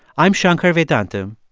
i'm shankar vedantam,